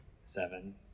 Seven